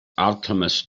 alchemists